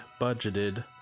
Budgeted